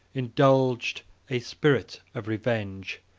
indulged a spirit of revenge,